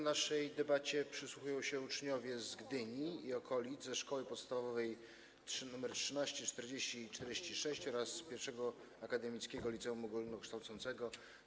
Naszej debacie przysłuchują się uczniowie z Gdyni i okolic - ze szkół podstawowych nr 13, 40 i 46 oraz I Akademickiego Liceum Ogólnokształcącego.